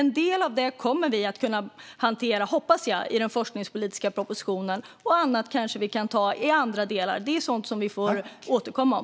En del av detta kommer vi att hantera i den forskningspolitiska propositionen, hoppas jag. Annat kanske vi kan ta i andra delar. Sådant får vi återkomma om.